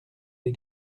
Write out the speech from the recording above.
des